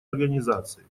организации